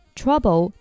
trouble